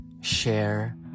share